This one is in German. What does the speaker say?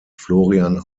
florian